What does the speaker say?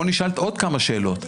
בוא שאל עוד כמה שאלות.